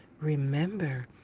remember